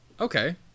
okay